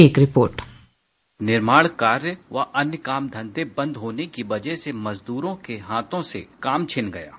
एक रिपोर्ट निर्माण कार्य व अन्य कामधंधे बंद होने की वजह से मजदूरों के हाथों से काम छिन गया था